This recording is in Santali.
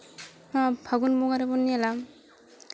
ᱱᱚᱣᱟ ᱯᱷᱟᱹᱜᱩᱱ ᱵᱚᱸᱜᱟ ᱨᱮᱵᱚᱱ ᱧᱮᱞᱟ